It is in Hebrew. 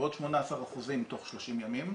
ועוד 18% תוך 30 ימים.